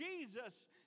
Jesus